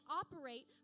operate